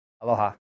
Aloha